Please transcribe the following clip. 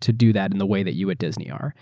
to do that in the way that you at disney are.